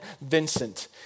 Vincent